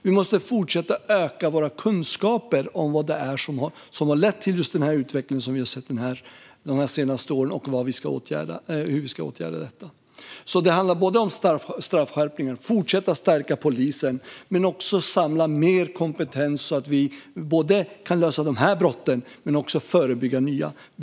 Vi måste fortsätta öka våra kunskaper om vad det är som har lett till den utveckling som vi sett de senaste åren och om hur vi ska åtgärda detta. Det handlar alltså både om straffskärpningar och om att fortsätta stärka polisen men också om att samla mer kompetens så att vi kan både lösa de här brotten och förebygga nya.